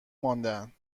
ماندهاند